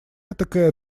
этакое